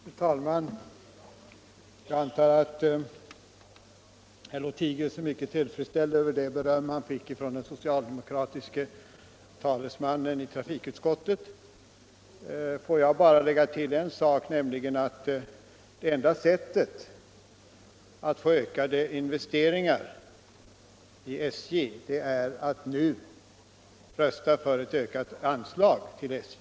Fru talman! Jag antar att herr Lothigius är mycket tillfredsställd över det beröm han fick från den socialdemokratiske talesmannen i trafikutskottet. Låt mig bara lägga till en sak, nämligen att enda sättet att få ökade investeringar i SJ är att nu rösta för ett ökat anslag till SJ.